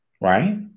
Right